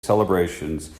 celebrations